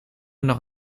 nog